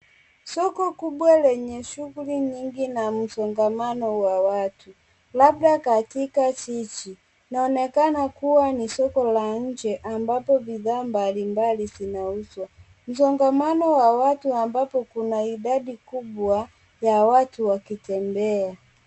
Soko kubwa lenye shughuli nyingi na msongamano wa watu. Labda katika jiji. Inaonekana kuwa ni soko la nje, ambapo bidhaa mbalimbali zinauzwa. Msongamano wa watu, ambapo kuna idadi kubwa ya watu wakitembea.